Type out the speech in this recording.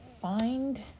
find